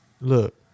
Look